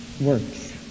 works